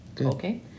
Okay